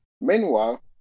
Meanwhile